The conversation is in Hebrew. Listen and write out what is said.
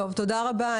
תודה רבה.